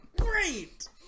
great